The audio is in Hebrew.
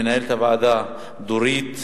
למנהלת הוועדה דורית,